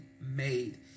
made